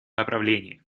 направлении